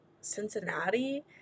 Cincinnati